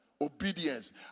Obedience